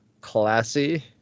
classy